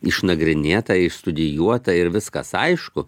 išnagrinėta išstudijuota ir viskas aišku